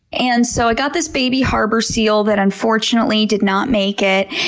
and so i got this baby harbor seal that unfortunately did not make it.